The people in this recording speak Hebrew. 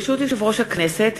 ברשות יושב-ראש הכנסת,